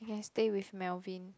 okay stay with Melvin